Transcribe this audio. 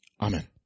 Amen